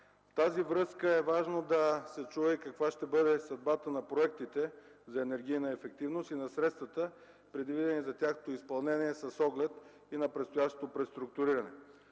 тази връзка е важно да се чуе каква ще бъде съдбата на проектите за енергийна ефективност и на средствата, предвидени за тяхното изпълнение, с оглед и на предстоящото преструктуриране.